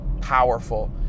powerful